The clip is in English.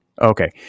Okay